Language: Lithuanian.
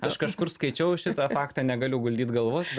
aš kažkur skaičiau šitą faktą negaliu guldyt galvos bet